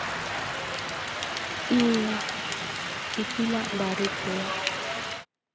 ᱤᱧ ᱤᱯᱤᱞᱟᱜ ᱵᱟᱨᱮᱛᱮ